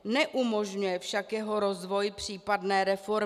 Neumožňuje však jeho rozvoj, případné reformy.